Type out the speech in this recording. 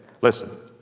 Listen